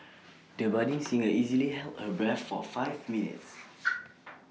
the budding singer easily held her breath for five minutes